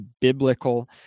biblical